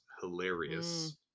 hilarious